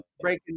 breaking